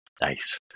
Nice